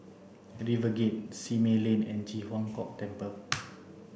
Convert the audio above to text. RiverGate Simei Lane and Ji Huang Kok Temple